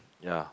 ya